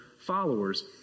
followers